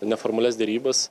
neformalias derybas